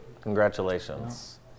Congratulations